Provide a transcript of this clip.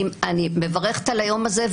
אני מברכת על היום הזה,